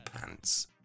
pants